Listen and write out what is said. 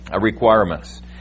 requirements